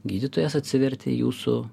gydytojas atsivertė jūsų